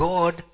God